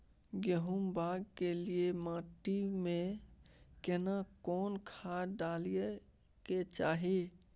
गहुम बाग के लिये माटी मे केना कोन खाद डालै के चाही?